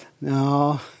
No